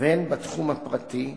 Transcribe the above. והן בתחום הפרטי,